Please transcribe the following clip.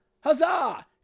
Huzzah